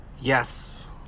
Yes